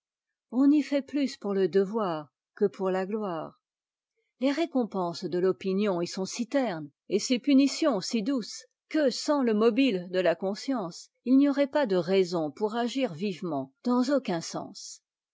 on y fait plus pour le devoir que pour la gloire les récompenses de l'opinion y sont si ternes et ses punitions si douces que sans le mobile de la conscience il n'y aurait pas de raison pour agir vivement dans aucun sens